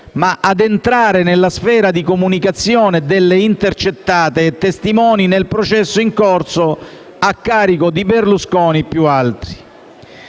ma ad entrare nella sfera di comunicazione delle intercettate e testimoni nel processo in corso a carico di Berlusconi più altri.